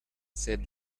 said